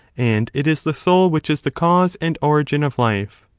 and it is the soul which is the cause and origin of life.